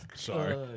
Sorry